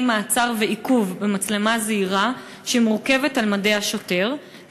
מעצר ועיכוב במצלמה זעירה שמורכבת על מדי השוטר,